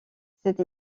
cet